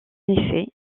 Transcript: effet